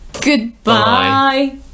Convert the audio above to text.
Goodbye